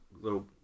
little